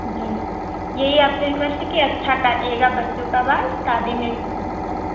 जी यही आपसे रिक्वेश्ट है कि अच्छा काटिएगा बच्चों का बाल शादी में मुझे जाना है